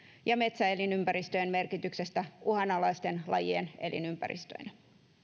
ja metsäelinympäristöjen merkityksestä uhanalaisten lajien elinympäristöinä